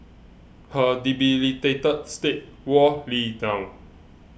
her debilitated state wore Lee down